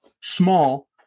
Small